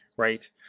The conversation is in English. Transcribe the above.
Right